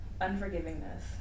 unforgivingness